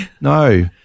No